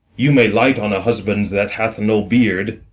you may light on a husband that hath no beard.